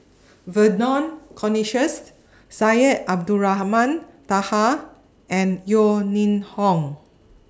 Vernon Cornelius Syed Abdulrahman Taha and Yeo Ning Hong